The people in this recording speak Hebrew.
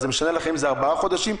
זה משנה לכם אם זה ארבעה חודשים,